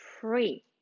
free